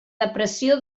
depressió